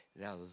Now